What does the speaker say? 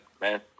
man